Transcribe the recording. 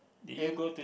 then